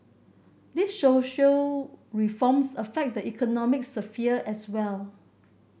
these social reforms affect the economic sphere as well